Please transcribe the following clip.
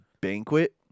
Banquet